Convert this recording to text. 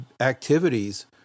activities